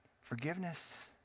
Forgiveness